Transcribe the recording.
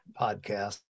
podcast